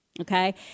Okay